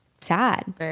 sad